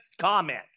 comment